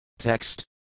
text